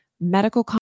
medical